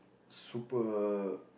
super